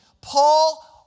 Paul